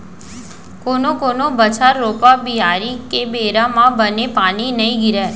कोनो कोनो बछर रोपा, बियारी के बेरा म बने पानी नइ गिरय